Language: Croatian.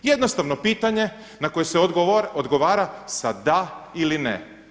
Jednostavno pitanje na koje se odgovara da sa ili ne.